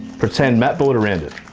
pretend matt boarder around it.